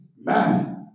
Man